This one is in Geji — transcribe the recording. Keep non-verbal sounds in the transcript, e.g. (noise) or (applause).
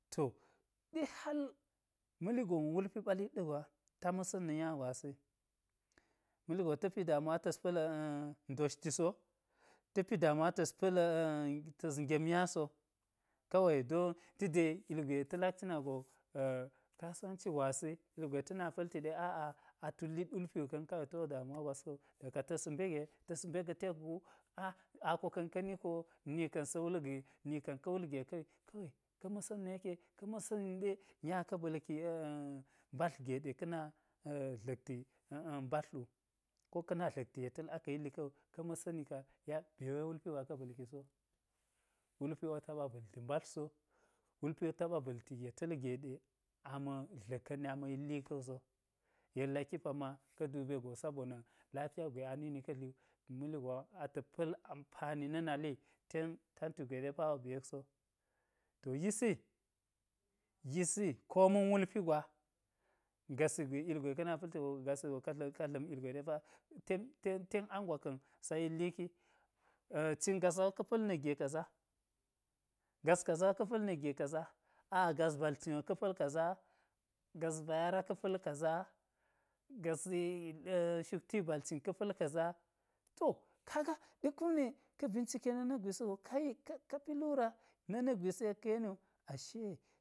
To ɗe hal ma̱ligon wo wulpi ɓalit ɗa̱ gwa, ta ma̱sa̱nna̱ nya gwasi ma̱li gon wu ta̱ pi damuwa ta̱s-pa̱l (hesitation) doshti so, ta pi damuwa tas- (hesitation) gem nyaso kawei don tide, ugwe ta̱ lak cina go a (hesitation) kasuwanci gwasi, ugwe ta̱ na pa̱lti ɗe aa atullit wulpi wu ka̱n, kawei tiwo damuwa gwas wo da ka ta̱s mbe ge ta̱s mbe ga̱ tekgu a-ako ka̱n ka̱niko, ni ka̱n sa̱ wulge, ni ka̱n ka̱ wulge ka̱yi, kawei ka̱ masa̱nna̱ yeke, ka̱ ma̱sa̱niyi ɗe nya ka, (hesitation) ba̱lki mbadl ge ɗe ka̱ na dla̱kti (hesitation) dla̱kti mbadl, wu ko ka̱ na dla̱kti yetal aka̱ yilli ka̱wu ka̱ ma̱sani ka (unintelligible) be we wulpi gwa ka̱ ba̱lkiso, wulpi ɓotaɓa ba̱lti mbadl so, wulpi ɓo taɓa ba̱lti yeta̱l ge ɗe ama̱ dla̱ka̱nni ama̱ yilli ka̱wu so, yek laki pamma ka̱ dube go sabona̱ lafiya gwe anini ka̱ dli wu, maligon wo ata̱ pa̱l ampani na̱ naliten tantu gwe ɗe pawo ba yek sowu, to yisi, yisi koma̱n wulpi gwa gasi (unintelligible) ugwe ka̱ na pa̱lti go kadla̱m ugwe ɗepaten, tenang gwa ka̱n sa yilliki, cin kaza wo ka̱ pa̱l na̱kge kaza, gas kaza wo ka̱ pa̱l na̱kge kaza, aa gas bal cinwo ka̱ pa̱l kaza, gas bayara ka̱ pa̱l kaza, gas (hesitation) hsukti bal cin ka̱ pa̱l kaza, to kaga ɗe kum ne ka̱ bincike na̱ na̱kgwisi yek ka̱ yeni wu ashe.